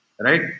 right